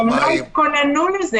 יכולה להיות ביקורת על התנהלות,